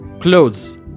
clothes